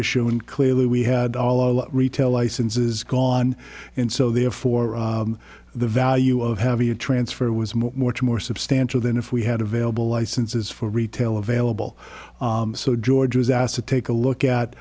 issue and clearly we had all our retail licenses gone and so therefore the value of having a transfer was more more more substantial than if we had available licenses for retail available so george was asked to take a look at